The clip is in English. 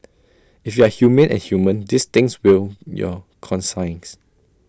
if you are humane and human these things will your conscience